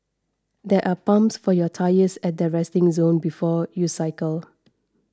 there are pumps for your tyres at the resting zone before you cycle